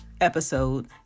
episode